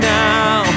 now